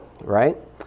right